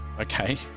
Okay